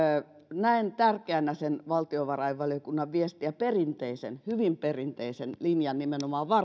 näen tärkeänä sen valtiovarainvaliokunnan viestin ja perinteisen hyvin perinteisen linjan nimenomaan